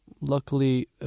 luckily